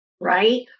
right